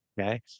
Okay